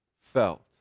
felt